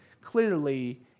clearly